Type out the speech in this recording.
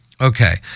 okay